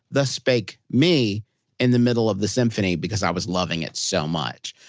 thus spake me in the middle of the symphony because i was loving it so much,